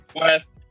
west